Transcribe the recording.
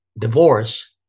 divorce